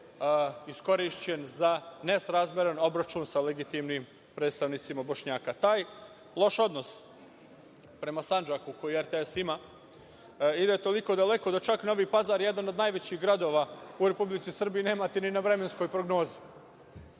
iskorišćen za nesrazmeran obračun sa legitimnim predstavnicima Bošnjaka. Taj loš odnos prema Sandžaku koji RTS ima ide toliko daleko da čak Novi Pazar, jedan od najvećih gradova u Republici Srbiji, nemate ni na vremenskoj prognozi.